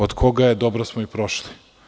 Od koga je, dobro smo i prošli.